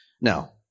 Now